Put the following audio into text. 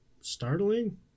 startling